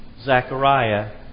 Zechariah